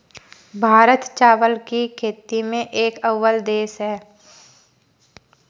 भारत चावल की खेती में एक अव्वल देश है